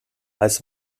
als